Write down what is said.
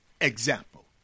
example